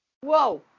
Whoa